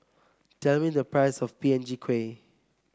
tell me the price of P N G Kueh